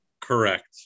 Correct